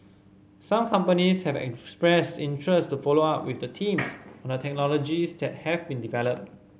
some companies have expressed interest to follow up with the teams on the technologies that have been developed